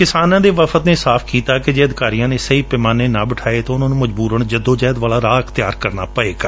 ਕਿਸਾਨਾਂ ਦੇ ਵਫਦ ਨੇ ਸਾਫ ਕੀਤਾ ਕਿ ਜੇ ਅਧਿਕਾਰੀਆਂ ਨੇ ਸਹੀ ਪੈਮਾਨੇ ਨਾ ਬਿਠਾਏ ਤਾਂ ਉਨੂਾਂ ਨੂੰ ਮਜਬੂਰਨ ਜਦੋ ਜ਼ਹਿਦ ਵਾਲਾ ਰਾਹ ਅਖਤਿਆਰ ਕਰਨਾ ਪਵੇਗਾ